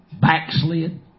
backslid